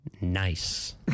nice